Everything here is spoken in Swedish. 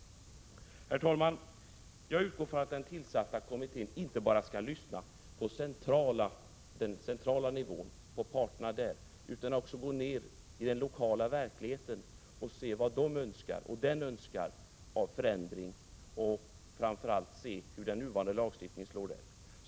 Herr talman! Jag utgår från att den tillsatta kommittén inte bara skall lyssna på parterna på den centrala nivån utan också skall gå ned i den lokala verkligheten och se vad man där önskar av förändring och framför allt hur den nuvarande lagstiftningen slår där.